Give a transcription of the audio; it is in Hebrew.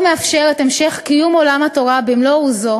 החוק מאפשר את המשך קיום עולם התורה במלוא עוזו